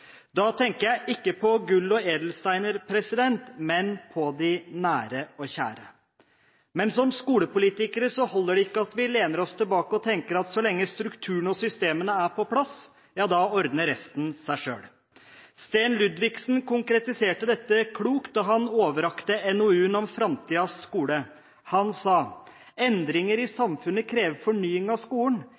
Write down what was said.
Da tenker jeg ikke på gull og edelsteiner, men på det nære og kjære. Men som skolepolitikere holder det ikke at vi lener oss tilbake og tenker at så lenge strukturene og systemene er på plass, ordner resten seg selv. Sten Ludvigsen konkretiserte dette klokt da han overrakte NOU-en om framtidens skole. Han sa: Endringer i samfunnet krever fornying av skolen.